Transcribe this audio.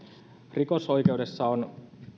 rikosoikeudessa on